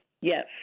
Yes